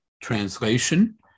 translation